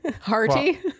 Hearty